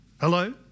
Hello